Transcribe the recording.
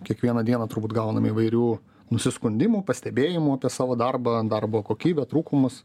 kiekvieną dieną turbūt gaunam įvairių nusiskundimų pastebėjimų apie savo darbą darbo kokybę trūkumus